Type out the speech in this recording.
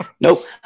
Nope